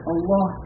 Allah